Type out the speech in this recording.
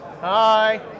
Hi